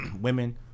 women